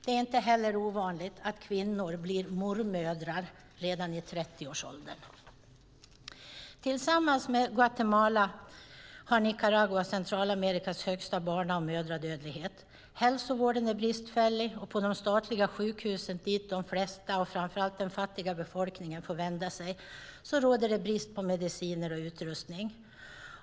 Det är heller inte ovanligt att kvinnor blir mormödrar redan i 30-årsåldern. Tillsammans med Guatemala har Nicaragua Centralamerikas högsta barna och mödradödlighet. Hälsovården är bristfällig, och på de statliga sjukhusen, dit de flesta och framför allt den fattiga befolkningen får vända sig, råder brist på mediciner och utrustning.